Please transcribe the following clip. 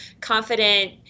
confident